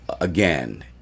again